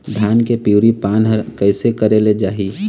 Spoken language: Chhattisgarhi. धान के पिवरी पान हर कइसे करेले जाही?